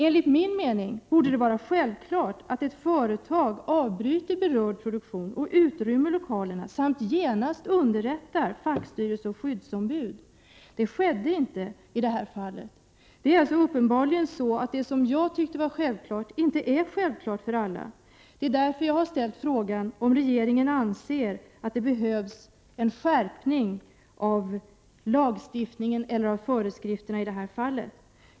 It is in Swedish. Enligt min mening borde det vara självklart att ett företag avbryter berörd produktion, utrymmer lokalerna och genast underrättar fackstyrelse och skyddsombud. Det skedde inte i det här fallet. Det är alltså uppenbarligen så, att det som jag tyckte var självklart inte är självklart för alla. Det är därför jag har ställt frågan om regeringen anser att det behövs en skärpning av lagstiftningen eller av föreskrifterna i det här fallet.